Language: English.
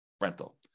rental